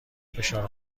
فشار